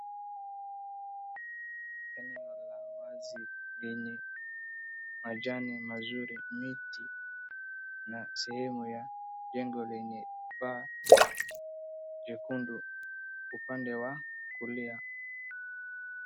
Eneo la wazi lenye majani mazuri, miti na sehemu ya jengo lenye paa jekundu upande wa kulia.